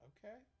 Okay